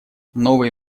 новые